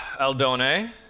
Aldone